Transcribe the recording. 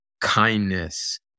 kindness